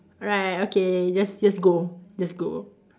alright okay just just go just go